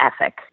ethic